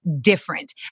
different